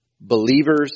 believers